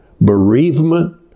bereavement